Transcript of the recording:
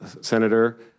Senator